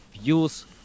views